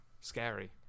scary